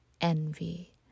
envy